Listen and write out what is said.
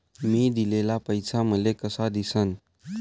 मी दिलेला पैसा मले कसा दिसन?